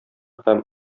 һәм